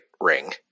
Ring